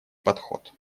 подход